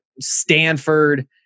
Stanford